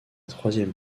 troisième